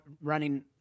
running